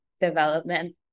development